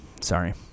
Sorry